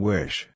Wish